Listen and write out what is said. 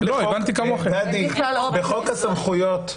בחוק הסמכויות,